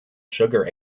sugar